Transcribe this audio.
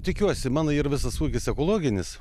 tikiuosi mano yr visas ūkis ekologinis